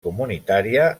comunitària